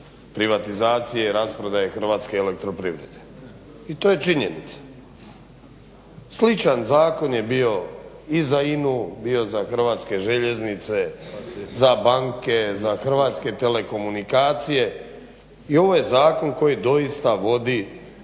privatizacije i rasprodaje Hrvatske elektroprivrede. I to je činjenica. Sličan zakon je bio i za INA-u, bio za Hrvatske željeznice, za banke, za Hrvatske telekomunikacije i ovo je zakon koji doista vodi